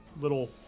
little